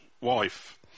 wife